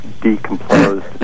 decomposed